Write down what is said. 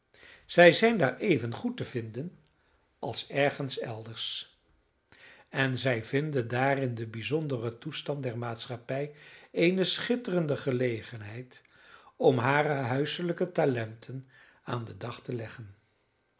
zij zijn daar evengoed te vinden als ergens elders en zij vinden daar in den bijzonderen toestand der maatschappij eene schitterende gelegenheid om hare huiselijke talenten aan den dag te leggen